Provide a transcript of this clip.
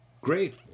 great